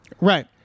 Right